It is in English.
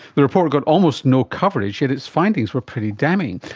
the report got almost no coverage, yet its findings were pretty damning.